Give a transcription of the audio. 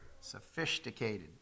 Sophisticated